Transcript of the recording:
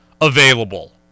available